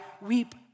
weep